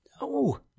No